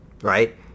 Right